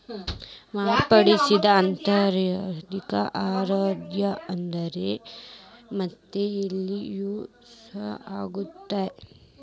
ಮಾರ್ಪಡಿಸಿದ ಆಂತರಿಕ ಆದಾಯದ ದರ ಅಂದ್ರೆನ್ ಮತ್ತ ಎಲ್ಲಿ ಯೂಸ್ ಆಗತ್ತಾ